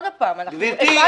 עוד הפעם --- גברתי,